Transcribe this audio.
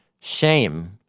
shame